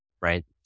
right